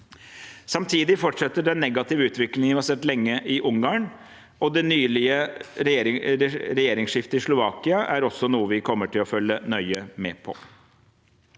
Samtidig fortsetter den negative utviklingen vi har sett lenge i Ungarn, og det nylige regjeringsskiftet i Slovakia er også noe vi kommer til å følge nøye med på.